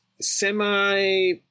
semi-